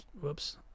whoops